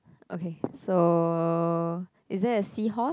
okay so is there a seahorse